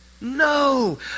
No